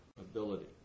ability